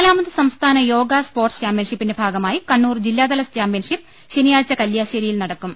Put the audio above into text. നാലാമത് സംസ്ഥാന യോഗ സ്പോർട്സ് ചാമ്പ്യൻഷിപ്പിന്റെ ഭാഗമാ യി കണ്ണൂർ ജില്ലാതല ചാമ്പ്യൻഷിപ്പ് ശനിയാഴ്ച കല്യാശ്ശേരിയിൽ നട ക്കും